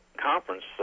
conference